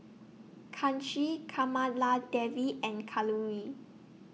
Kanshi Kamaladevi and Kalluri